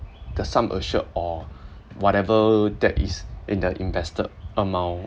the sum assured or whatever that is in the invested amount